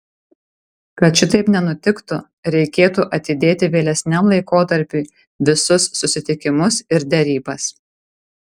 kad šitaip nenutiktų reikėtų atidėti vėlesniam laikotarpiui visus susitikimus ir derybas